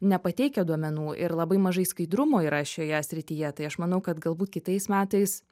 nepateikia duomenų ir labai mažai skaidrumo yra šioje srityje tai aš manau kad galbūt kitais metais